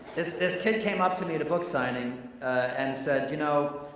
this this kid came up to me at a book signing and said, you know,